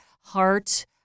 heart